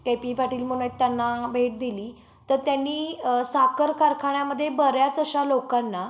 के P Patil म्हणत त्यांना भेट दिली तर त्यांनी साखर कारखान्यामध्ये बऱ्याच अशा लोकांना